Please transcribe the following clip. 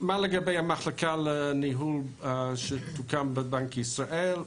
תפקידיה של המחלקה לניהול שתוקם בבנק ישראל: